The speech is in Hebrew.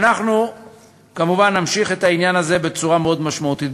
מובן שאנחנו נמשיך את העניין הזה בצורה מאוד משמעותית.